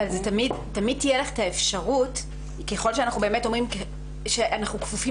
אבל ככל שאנחנו באמת אומרים שאנחנו כפופים